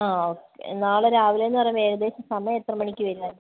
ആ ഓക്കെ നാളെ രാവിലെ എന്നു പറയുമ്പോൾ ഏകദേശം സമയം എത്ര മണിക്ക് വരുക